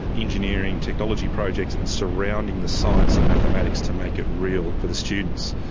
engineering, technology projects and surrounding the science and mathematics to make it real for the students.